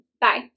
Bye